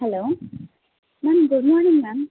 hello ma'am good morning ma'am